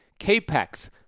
CAPEX